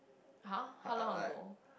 !huh! how long ago